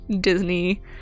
Disney